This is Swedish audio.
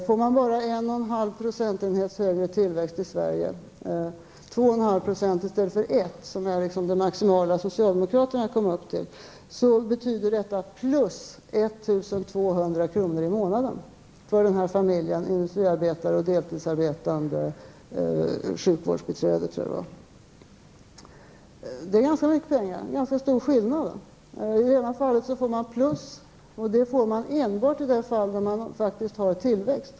Får man bara en och en halv procentenhets högre tillväxt i Sverige, dvs. 2,5 % i stället för 1 %, som är det maximala som socialdemokraterna kom upp till, blir detta 1 200 kr. mer i månaden för den här familjen med en industriarbetare och, som jag tror det var, ett deltidsarbetande sjukvårdsbiträde. Det är ganska mycket pengar och en ganska stor skillnad. I det ena fallet får man mer, och det får man enbart i de fall där man faktiskt har tillväxt.